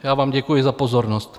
Já vám děkuji za pozornost.